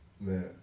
Man